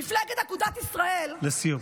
מפלגת אגודת ישראל, לסיום.